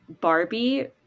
Barbie